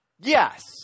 Yes